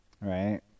Right